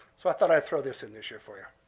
so i thought i'd throw this in this year for you.